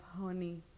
honey